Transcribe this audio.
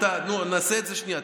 נעשה את זה שנייה.